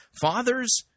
fathers